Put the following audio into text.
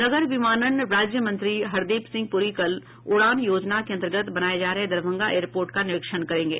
नागर विमानन राज्य मंत्री हरदीप सिंह पुरी कल उड़ान योजना के अंतर्गत बनाये जा रहे दरभंगा एयरपोर्ट का निरीक्षण करेंगे